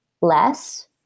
less